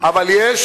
אבל יש